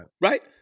right